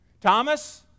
Thomas